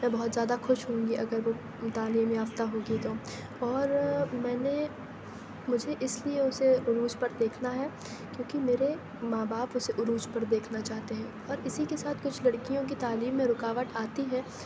میں بہت زیادہ خوش ہوں گی اگر وہ تعلیم یافتہ ہوگی تو اور میں نے مجھے اس لیے اسے عروج پر دیکھنا ہے کیونکہ میرے ماں باپ اسے عروج پر دیکھنا چاہتے ہیں اور اسی کے ساتھ کچھ لڑکیوں کے تعلیم میں رکاوٹ آتی ہے